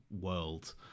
world